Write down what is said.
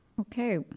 Okay